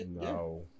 No